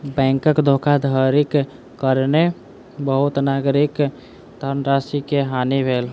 बैंकक धोखाधड़ीक कारणेँ बहुत नागरिकक धनराशि के हानि भेल